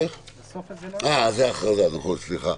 זה ההכרזה, סליחה.